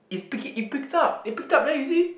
it's picking it picks up it picked up leh you see